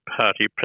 Party